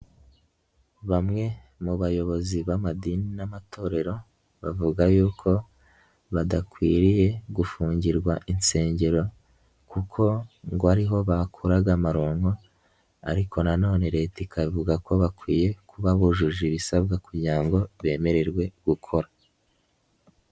Bamwe mu bayobozi b'amadini n'amatorero, bavuga yuko badakwiriye gufungirwa insengero kuko ngo ariho bakuraga amaronko, ariko na none leta ikavuga ko bakwiye kuba bujuje ibisabwa kugira ngo bemererwe gukora.